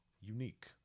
unique